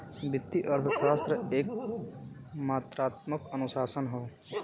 वित्तीय अर्थशास्त्र एक मात्रात्मक अनुशासन हौ